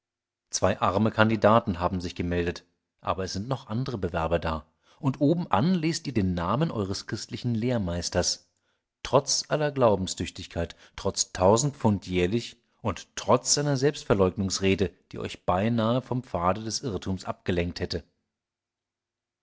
zwei arme kandidaten haben sich gemeldet aber es sind noch andere bewerber da und obenan lest ihr den namen eures christlichen lehrmeisters trotz aller glaubenstüchtigkeit trotz tausend pfund jährlich und trotz seiner selbstverleugnungsrede die euch beinahe vom pfade des irrtums abgelenkt hätte